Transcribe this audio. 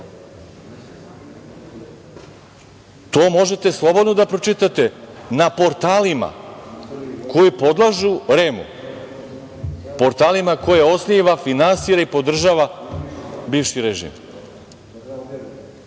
To možete slobodno da pročitate na portalima koji podležu REM-u, portalima koje osniva, finansira i podržava bivši režim.I